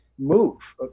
Move